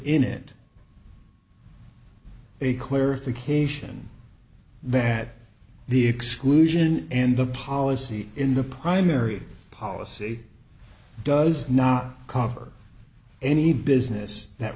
in it a clarification that the exclusion and the policy in the primary policy does not cover any business that